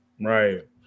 right